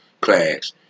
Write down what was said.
class